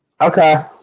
Okay